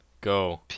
go